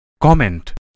comment